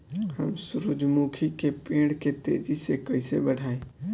हम सुरुजमुखी के पेड़ के तेजी से कईसे बढ़ाई?